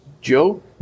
Joe